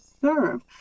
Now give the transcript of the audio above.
serve